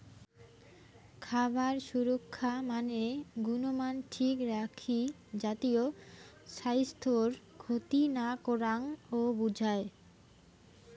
খাবার সুরক্ষা মানে গুণমান ঠিক রাখি জাতীয় স্বাইস্থ্যর ক্ষতি না করাং ও বুঝায়